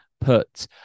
put